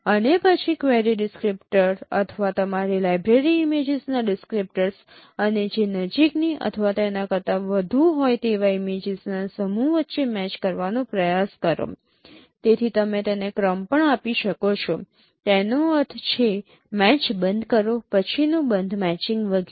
અને પછી query descriptor અને તમારી લાઇબ્રેરી ઇમેજીસના ડિસક્રીપ્ટર્સ અને જે નજીકની અથવા તેના કરતા વધુ હોય તેવા ઇમેજીસના સમૂહ વચ્ચે મેચ કરવાનો પ્રયાસ કરો તેથી તમે તેમને ક્રમ પણ આપી શકો છો તેનો અર્થ છે મેચ બંધ કરો પછીનું બંધ મેચિંગ વગેરે